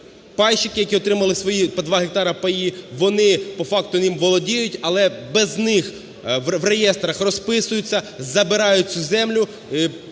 пайщики, які отримали свої по 2 гектари паї, вони по факту ним володіють, але без них в реєстрах розписуються, забирають цю землю,